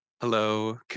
Hello